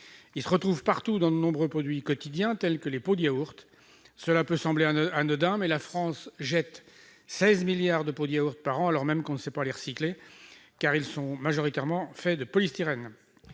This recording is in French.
se retrouve partout dans de nombreux produits quotidiens, tels que les pots de yaourt. Cela peut sembler anodin, mais on jette en France seize milliards de pots de yaourt par an, alors même qu'on ne sait pas les recycler, car ils sont majoritairement faits de polystyrène.